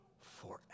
forever